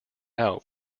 out